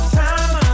time